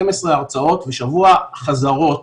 12 הרצאות ושבוע חזרות